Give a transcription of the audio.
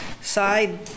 side